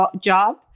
job